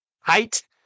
height